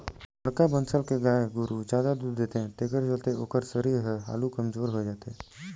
बड़खा बनसल के गाय गोरु हर जादा दूद देथे तेखर चलते ओखर सरीर हर हालु कमजोर होय जाथे